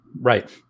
Right